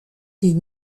die